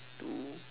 two